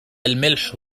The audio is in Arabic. الملح